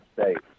States